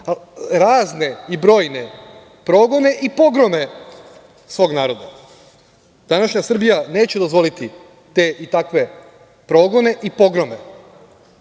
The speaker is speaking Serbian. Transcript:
razne i brojne progone i pogrome svog naroda. Današnja Srbija neće dozvoliti te i takve progone i pogrome.